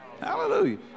Hallelujah